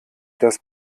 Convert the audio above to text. das